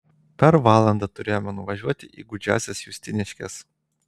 per valandą turėjome nuvažiuoti į gūdžiąsias justiniškes